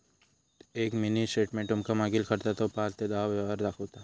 एक mini statement तुमका मागील खर्चाचो पाच ते दहा व्यवहार दाखवता